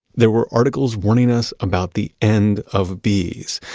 there were articles warning us about the end of bees.